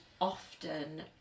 often